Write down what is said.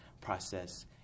process